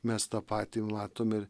mes tą patį matome ir